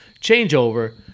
changeover